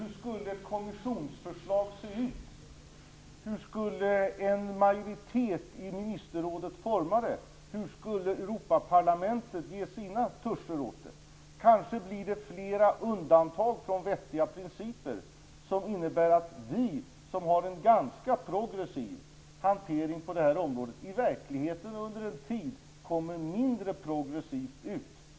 Herr talman! Man kan t.ex. fundera över följande: Hur skulle ett kommissionsförslag se ut? Hur skulle en majoritet i ministerrådet forma det? Hur skulle Europaparlamentet ge sina toucher åt det? Kanske blir det flera undantag från vettiga principer som innebär att vi som har en ganska progressiv hantering på det här området i verkligheten under en tid kommer mindre progressivt ut.